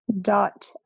dot